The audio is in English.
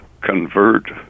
convert